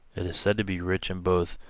it is said to be rich in both